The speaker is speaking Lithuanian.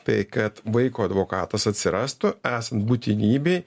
tai kad vaiko advokatas atsirastų esant būtinybei